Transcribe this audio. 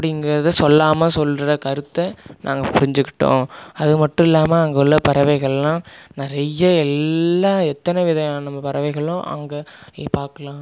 அப்படிங்கிறத சொல்லாமல் சொல்கிற கருத்தை நாங்கள் புரிஞ்சிக்கிட்டோம் அது மட்டும் இல்லாமல் அங்கே உள்ள பறவைகள்லாம் நிறையா எல்லா எத்தனை விதமான பறவைகளும் அங்கே நீங்கள் பார்க்கலாம்